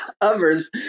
others